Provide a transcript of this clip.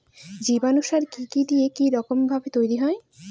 জীবাণু সার কি কি দিয়ে কি রকম ভাবে তৈরি হয়?